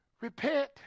repent